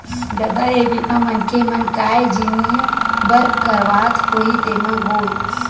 ददा ये बीमा मनखे मन काय जिनिय बर करवात होही तेमा गोय?